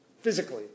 Physically